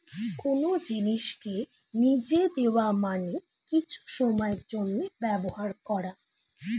কোন জিনিসকে লিজে দেওয়া মানে কিছু সময়ের জন্যে ব্যবহার করা